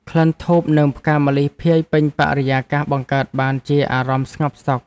ក្លិនធូប និងផ្កាម្លិះភាយពេញបរិយាកាស បង្កើតបានជាអារម្មណ៍ស្ងប់សុខ។